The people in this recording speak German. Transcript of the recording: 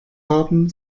haben